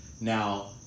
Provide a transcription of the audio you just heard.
Now